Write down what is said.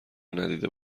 ندیده